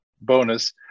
bonus